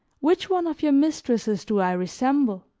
which one of your mistresses do i resemble?